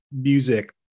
music